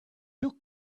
took